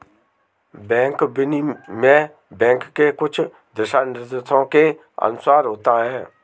bank विनिमय bank के कुछ दिशानिर्देशों के अनुसार होता है